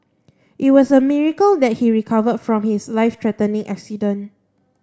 it was a miracle that he recovered from his life threatening accident